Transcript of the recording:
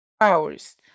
hours